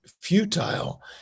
futile